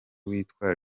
witwa